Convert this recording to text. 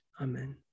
Amen